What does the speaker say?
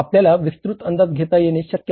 आपल्याला विस्तृत अंदाज घेता येणे शक्य आहे